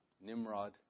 Nimrod